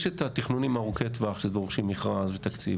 יש את התכנונים ארוכי הטווח שדורשים מכרז ותקציב,